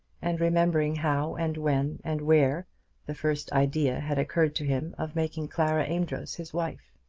and remembering how and when and where the first idea had occurred to him of making clara amedroz his wife.